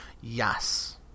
yes